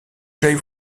j’aille